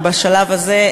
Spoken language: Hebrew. או בשלב הזה,